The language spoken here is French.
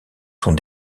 sont